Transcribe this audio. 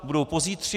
Budou pozítří?